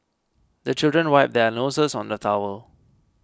the children wipe their noses on the towel